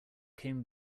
came